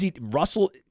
Russell